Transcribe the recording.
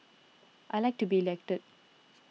I like to be elected